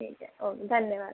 ठीक है ओके धन्यवाद